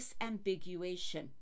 disambiguation